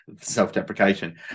self-deprecation